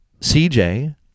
CJ